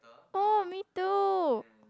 oh me too